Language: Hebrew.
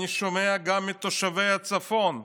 אני שומע גם את תושבי הצפון.